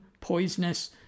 poisonous